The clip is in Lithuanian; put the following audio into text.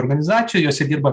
organizacijų jose dirba